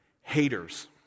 haters